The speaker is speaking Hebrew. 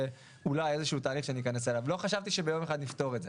אולי איזשהו תהליך שניכנס אליו לא חשבתי שביום אחד נפתור את זה.